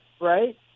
right